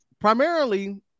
primarily